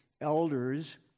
Elders